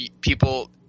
people